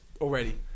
already